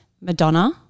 Madonna